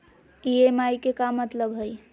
EMI के का मतलब हई?